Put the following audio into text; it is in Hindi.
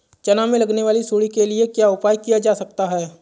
चना में लगने वाली सुंडी के लिए क्या उपाय किया जा सकता है?